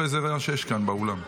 תשאלי אותו איזה רעש יש כאן באולם.